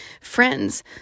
friends